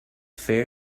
fair